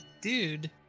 dude